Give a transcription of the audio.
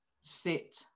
sit